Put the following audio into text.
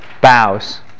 bows